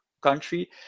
country